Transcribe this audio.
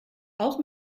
auch